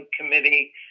Committee